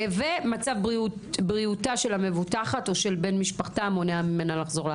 "...ומצב בריאותה של המבוטחת או של בן משפחתה מונע ממנה לחזור לעבודה".